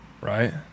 right